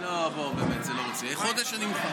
"הממשלה רשאית באישור הכנסת לקבוע